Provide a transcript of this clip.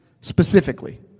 specifically